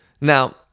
Now